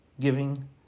giving